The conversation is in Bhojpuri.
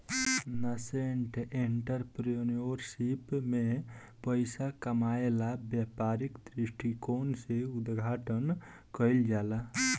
नासेंट एंटरप्रेन्योरशिप में पइसा कामायेला व्यापारिक दृश्टिकोण से उद्घाटन कईल जाला